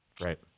right